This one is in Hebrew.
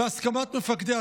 בהסכמת מפקדיה,